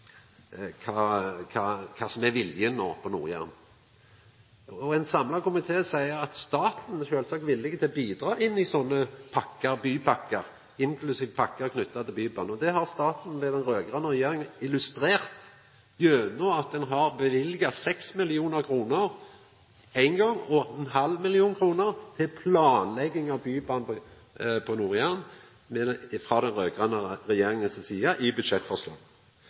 kva som no er viljen på Nord-Jæren. Ein samla komité seier vidare at staten sjølvsagt er villig til å bidra når det gjeld sånne bypakkar, inklusiv pakkar knytte til bybane. Det har staten ved den raud-grøne regjeringa illustrert i budsjettforslaget gjennom at ein har løyvt 6 mill. kr ein gong og 0,5 mill. kr til planlegging av bybane på